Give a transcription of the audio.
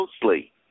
closely